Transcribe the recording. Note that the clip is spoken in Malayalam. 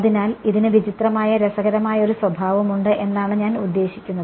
അതിനാൽ ഇതിന് വിചിത്രമായ രസകരമായ ഒരു സ്വഭാവമുണ്ട് എന്നാണ് ഞാൻ ഉദ്യശിക്കുന്നത്